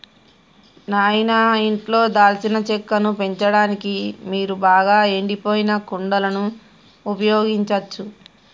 నాయిన ఇంట్లో దాల్చిన చెక్కను పెంచడానికి మీరు బాగా ఎండిపోయిన కుండలను ఉపయోగించచ్చు